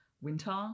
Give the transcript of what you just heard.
winter